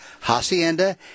hacienda